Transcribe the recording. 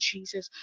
Jesus